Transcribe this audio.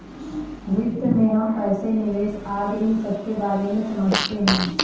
वित्त में हम पैसे, निवेश आदि इन सबके बारे में समझते हैं